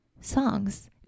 songs